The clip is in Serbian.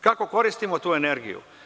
Kako koristimo tu energiju?